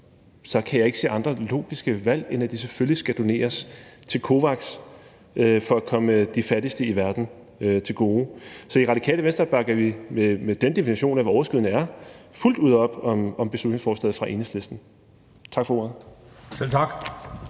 så kan jeg ikke se andre logiske valg, end at de selvfølgelig skal doneres til COVAX for at komme de fattigste i verden til gode. Så i Radikale Venstre bakker vi med den definition af, hvad overskydende er, fuldt ud op om beslutningsforslaget fra Enhedslisten. Tak for ordet. Kl.